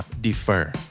defer